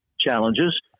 challenges